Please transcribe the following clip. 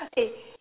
okay